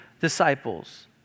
disciples